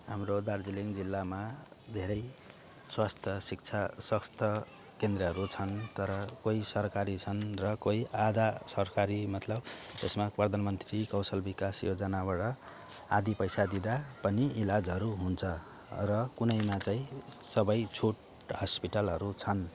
हाम्रो दार्जिलिङ जिल्लामा धेरै स्वास्थ्य शिक्षा स्वास्थ्य केन्द्रहरू छन् तर कोही सरकारी छन् र कोही आधा सरकारी मतलब त्यसमा प्रधान मन्त्री कौशल विकास योजनाबाट आदि पैसा दिँदा पनि इलाजहरू हुन्छ र कुनैमा चाहिँ सबै छुट हस्पिटलहरू छन्